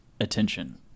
attention